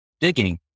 digging